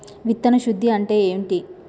విత్తన శుద్ధి అంటే ఏంటి?